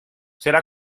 será